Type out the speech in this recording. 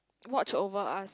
watch over us